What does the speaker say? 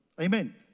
Amen